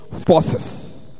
forces